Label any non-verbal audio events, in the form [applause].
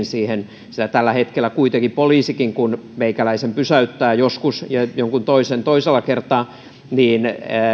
[unintelligible] siihen sillä tällä hetkellä kuitenkaan poliisitkaan kun meikäläisen pysäyttävät joskus ja jonkun toisen toisella kertaa